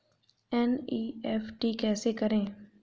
NEFT कैसे करें?